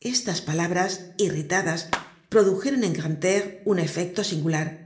estas palabras irritadas produjeron en grantaire un efecto singular